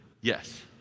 yes